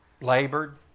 Labored